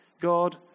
God